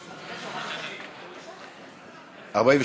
כהצעת הוועדה, נתקבלו.